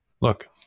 Look